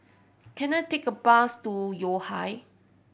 can I take a bus to Yo Ha